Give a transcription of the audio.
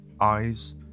eyes